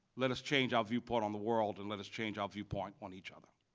let us change our viewpoint on the world and let us change our view point on each other.